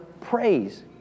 praise